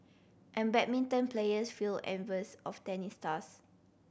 and badminton players feel envious of tennis stars